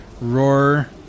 roar